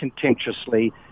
contentiously